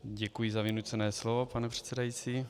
Děkuji za vynucené slovo, pane předsedající.